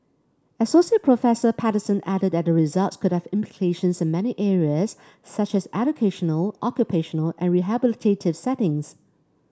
Asst Professor Patterson added that the results could have implications in many areas such as educational occupational and rehabilitative settings